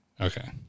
Okay